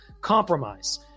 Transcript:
Compromise